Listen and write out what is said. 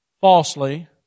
falsely